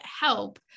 help